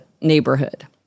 neighborhood